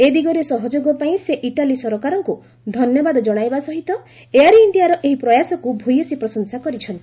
ଏ ଦିଗରେ ସହଯୋଗ ପାଇଁ ସେ ଇଟାଲୀ ସରକାରଙ୍କୁ ଧନ୍ୟବାଦ ଜଣାଇବା ସହିତ ଏୟାର ଇଣ୍ଡିଆର ଏହି ପ୍ରୟାସ ଭୂୟସୀ ପ୍ରଶଂସା କରିଛନ୍ତି